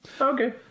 Okay